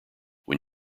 when